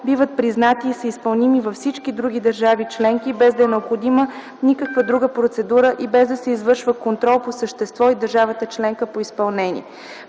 биват признати и са изпълними във всички други държави-членки, без да е необходима никаква друга процедура и без да се извършва контрол по същество в държавата-членка по изпълнение.